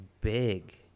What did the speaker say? big